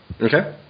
Okay